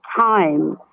time